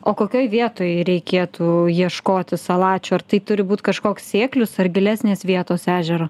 o kokioj vietoj reikėtų ieškoti salačio ar tai turi būti kažkoks sėklius ar gilesnės vietos ežero